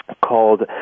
called